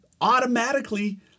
automatically